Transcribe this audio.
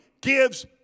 gives